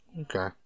Okay